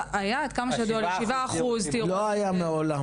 היה עד כמה שידוע לי 7%. לא היה מעולם.